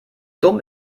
dumm